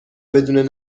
بدون